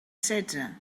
setze